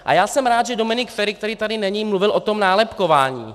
A já jsem rád, že Dominik Feri, který tady není, mluvil o tom nálepkování.